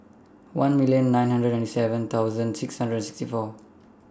one million nine hundred and seven thousand six hundred and sixty four